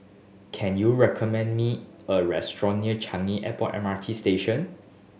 can you recommend me a restaurant near Changi Airport M R T Station